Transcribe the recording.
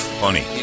funny